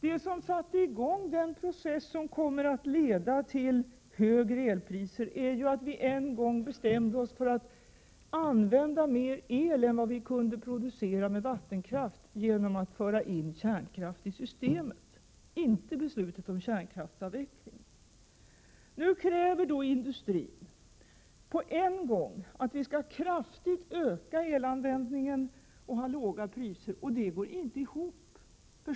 Det som satte i gång den process som kommer att leda till högre elpriser är att vi en gång bestämde oss för att använda mera el än vad vi kunde producera med vattenkraft genom att föra in kärnkraft i systemet, inte beslutet om kärnkraftsavvecklingen. Nu kräver industrin på en gång att vi skall kraftigt öka elanvändningen och ha låga elpriser, och det går inte ihop.